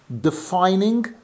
defining